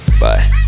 Bye